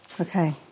Okay